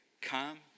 Come